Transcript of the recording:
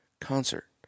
concert